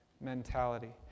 mentality